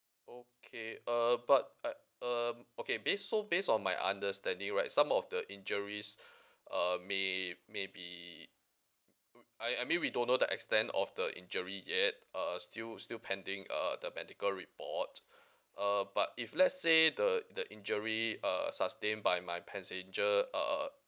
okay err but eh um okay base so base on my understanding right some of the injuries um may~ maybe I I mean we don't know the extent of the injury yet uh still still pending uh the medical report uh but if let's say the the injury uh sustain by my passenger uh